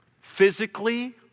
Physically